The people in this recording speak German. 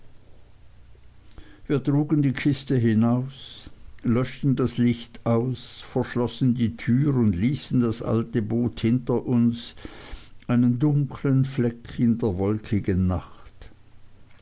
wir trugen die kiste hinaus löschten das licht aus verschlossen die tür und ließen das alte boot hinter uns einen dunkeln fleck in der wolkigen nacht